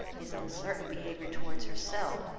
his uncertain behaviour towards herself,